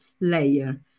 layer